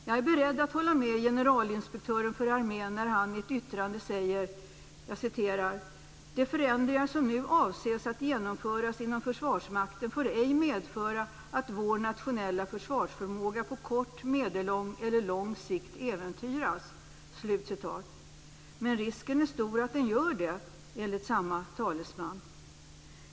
Jag är beredd att hålla med generalinspektören för armén när han i ett yttrande säger: "De förändringar som nu avses att genomföras inom Försvarsmakten får ej medföra att vår nationella försvarsförmåga på kort, medellång eller lång sikt äventyras." Men risken är enligt samme talesman stor för att så blir fallet.